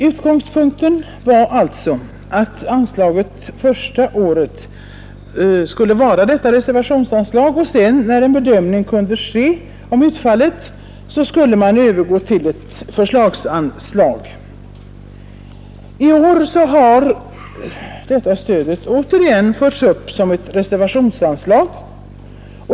Utgångspunkten var alltså att anslaget första året skulle vara ett reservationsanslag och att man sedan, när en bedömning kunde ske av utfallet, skulle övergå till ett förslags | anslag. I år har detta stöd återigen förts upp som ett reservationsanslag.